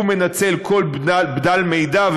הוא מנצל כל בדל מידע,